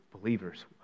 believers